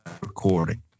recording